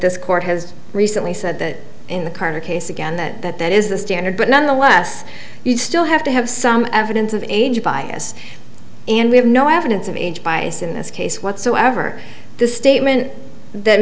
this court has recently said that in the karna case again that that that is the standard but nonetheless you still have to have some evidence of age bias and we have no evidence of age bias in this case whatsoever the statement that